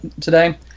today